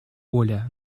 воля